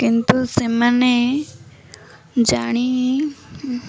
କିନ୍ତୁ ସେମାନେ ଜାଣି